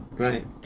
Right